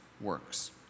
works